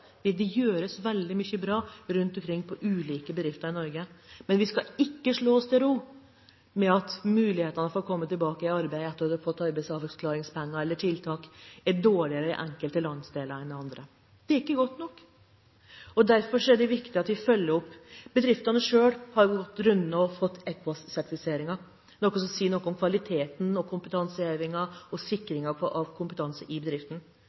Det gjøres veldig mye bra rundt omkring på ulike bedrifter i Norge. Men vi skal ikke slå oss til ro med at mulighetene for å komme tilbake i arbeid etter at du har fått arbeidsavklaringspenger eller tiltak, er dårligere i enkelte landsdeler enn i andre. Det er ikke godt nok. Derfor er det viktig at vi følger opp. Bedriftene selv har gått runden og fått EQUASS-sertifiseringen. Det sier noe om kvaliteten, kompetansehevingen og sikringen av kompetanse i bedriften.